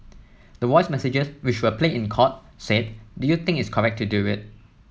the voice messages which were played in court said do you think its correct to do it